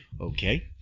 okay